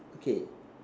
okay